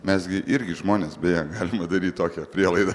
mes gi irgi žmonės beje galima daryti tokią prielaidą